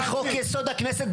שעל פי חוק יסוד: הכנסת,